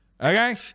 Okay